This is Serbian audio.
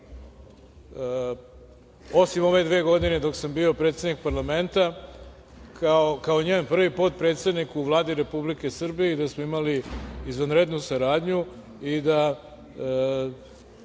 osim ove dve godine dok sam bio predsednik parlamenta, kao njen prvi potpredsednik u Vladi Republike Srbije i da smo imali izvanrednu saradnju i želim